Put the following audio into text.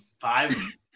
five